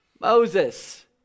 Moses